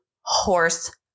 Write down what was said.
horse